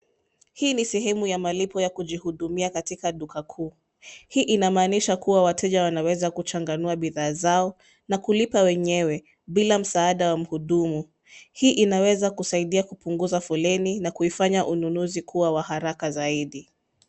Hii ni sehemu ya malipo ya kujihudumia katika duka kuu. Hii inamaanisha kuwa wateja wanaweza kuchanganua bidhaa zao na kulipa wenyewe bila msaada wa mhudumu. Hii inaweza kusaidia kupunguza foleni na kuifanya ununuzi kuwa wa haraka zaidi.